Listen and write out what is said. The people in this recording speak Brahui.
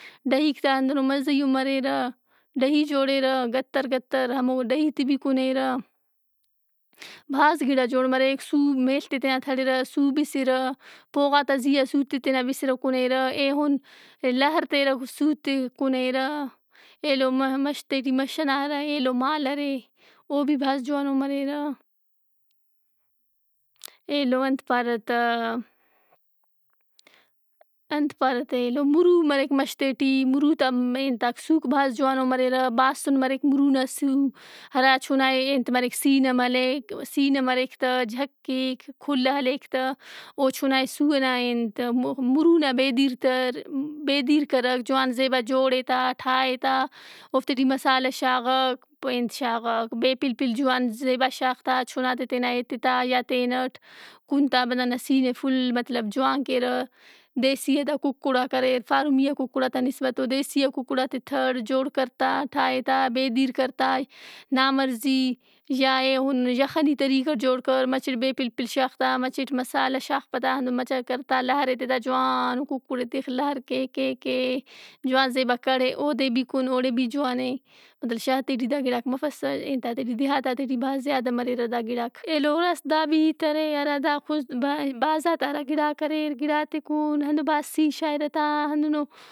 ڈہیک تا ہندنو مزّہیئومریرہ۔ ڈہی جوڑِرہ گتّر گتّر۔ ہمو ڈہیت ئے بھی کُنیرہ۔ بھاز گِڑا جوڑ مریک۔ سُو میڷت ئے تینا تڑِرہ، سُوبِسِرہ۔ پوغات آ زیّا سُو تے تینا بِسِرہ کُنیرہ۔ ایہُن لار تیرہ سُوت ئے کُنیرہ۔ ایلو مہ۔۔ مَش تے ٹی مَش ئنا ہرا یلو مال ارےاو بھی بھاز جوانو مریرہ۔ ایلو انت پارہ تا انت پارہ تا ایلو، مُرو مریک مشتے ٹی۔ مُرو تا م ۔ انتاک سُوک بھاز جوانو مریرہ۔ باسُن مریک مُرو نا سُو۔ ہرا چُنائے انت مریک، سینہ ملیک سینہ مریک تہ جھکِیک، کُھلہ ہلیک تہ، او چُنائے سُو ئنا انت مُہ- مُرو نابیدِیر تَر، بیدِیر کرک، جوان زیبا جوڑہِ تہ، ٹھائہہ تہ، اوفتے ٹی مسالحہ شاغک، پہ انت شاغک، بے پِلپل جوان زیبا شاغ تہ چُنات ئے تینا ہیتے تا یا تینٹ کُن تابندغ نا سینہ ئے فُل مطلب جوان کیرہ۔ دیسیئا دا کُکُڑاک اریر۔ فارمیئا کُکُڑات آ نِسبت او دیسیئا کُکُڑاتے تَھڑ جوڑ کرتا، ٹھائہہ تا، بیدِیر کرتا نا مرضی، یا ایہُن یخنی طریقٹ جوڑ کر مچِٹ بے پِلپِل شاغ تا، مچِٹ مسالحہ شاغ پدا ہنُّن مچہ کرتا لار ایتہ تا جوان کُکُڑ ئے تِخ لار کے کے کے جوان زیبا کڑھہِ اودے بھی کُن اوڑے بھی جوان اے۔ پدا شارت ئے ٹی دا گِڑاک مفسّہ۔ انتات ئے ٹی دیہاتات ئے ٹی بھاز زیادہ مریرہ دا گِڑاک۔ ایلو راست دا بھی ہیت ارےہرادا خُض-- بہ-- بھازاتا ہرا گِڑاک اریر، گِڑات ئے کُن۔ ہندن بھاز سی شائِرہ تا۔ ہنُّنو